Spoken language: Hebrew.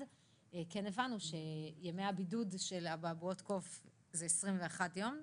- הבנו שהבידוד של אבעבועות הקוף זה 21 יום,